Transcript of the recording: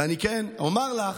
ואני אומר לך,